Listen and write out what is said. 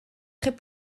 très